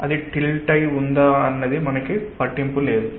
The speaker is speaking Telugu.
అది టిల్ట్ అయి ఉందా లేదా అన్నది పట్టింపు లేదు